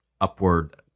upward